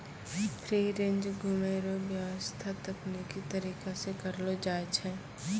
free range घुमै रो व्याबस्था तकनिकी तरीका से करलो जाय छै